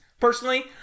personally